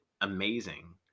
amazing